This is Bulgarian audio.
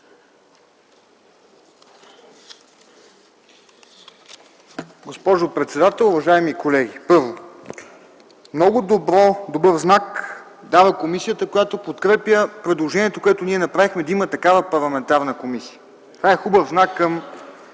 Госпожо председател, уважаеми колеги! Първо, много добър знак дава комисията, която подкрепя предложението, което ние направихме, да има такава парламентарна комисия. Това е хубав знак към